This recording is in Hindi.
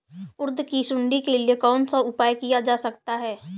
उड़द की सुंडी के लिए कौन सा उपाय किया जा सकता है?